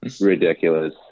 ridiculous